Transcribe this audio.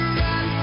run